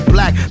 Black